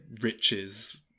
riches